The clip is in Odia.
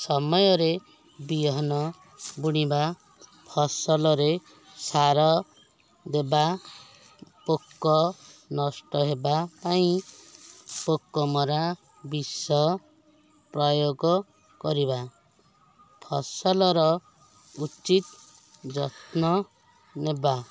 ସମୟରେ ବିହନ ବୁଣିବା ଫସଲରେ ସାର ଦେବା ପୋକ ନଷ୍ଟ ହେବାପାଇଁ ପୋକମରା ବିଷ ପ୍ରୟୋଗ କରିବା ଫସଲର ଉଚିତ୍ ଯତ୍ନନେବା